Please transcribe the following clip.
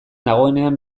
nagoenean